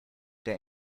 der